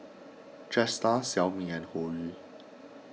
Jetstar Xiaomi and Hoyu